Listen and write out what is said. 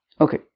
Okay